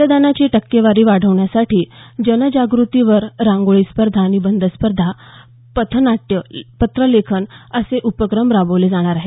मतदानाची टक्केवारी वाढवण्यासाठी जनजाग्रतीपर रांगोळी स्पर्धा निबंध स्पर्धा पथनाट्य पत्रलेखन असे उपक्रम राबवले जाणार आहेत